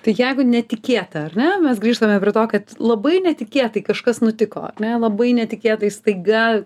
tai jeigu netikėta ar ne mes grįžtame prie to kad labai netikėtai kažkas nutiko ne labai netikėtai staiga